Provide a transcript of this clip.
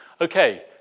Okay